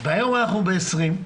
והיום אנחנו ב-20%